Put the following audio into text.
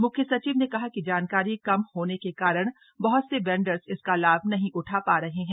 मुख्य सचिव ने कहा कि जानकारी कम होने के कारण बहुत से वेंडर्स इसका लाभ नहीं उठा पा रहे हैं